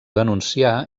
denuncià